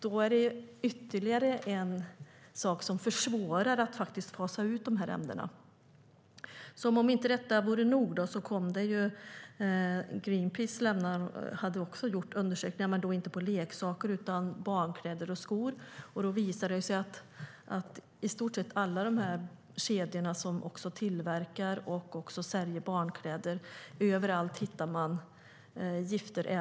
Det är ytterligare en sak som försvårar utfasningen av de här ämnena. Som om inte detta vore nog har Greenpeace också gjort undersökningar, men inte på leksaker utan på barnkläder och skor. Det visade sig att hos i stort sett alla kedjor som tillverkar och säljer barnkläder kunde man hitta gifter.